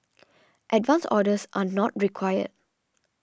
advance orders are not required